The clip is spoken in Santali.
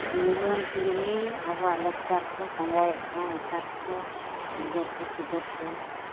ᱠᱩᱞᱦᱤ ᱟᱵᱚᱣᱟᱜ ᱞᱟᱠᱪᱟᱨ ᱠᱚ ᱯᱟᱸᱡᱟᱭᱮᱫ ᱠᱟᱱᱟ ᱱᱮᱛᱟᱨ ᱠᱚ ᱜᱤᱫᱟᱹᱨ ᱠᱚᱼᱯᱤᱫᱟᱹᱨ ᱠᱚ